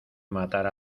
matar